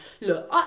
Look